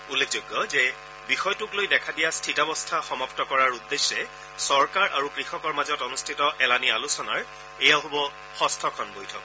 উল্লেখযোগ্য যে বিষয়টোক লৈ দেখা দিয়া স্থিতাৱস্থা সমাপ্ত কৰাৰ উদ্দেশ্যে চৰকাৰ আৰু কৃষকৰ মাজত অনুষ্ঠিত এলানি আলোচনাৰ এয়া হ'ব যষ্ঠখন বৈঠক